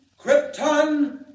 Krypton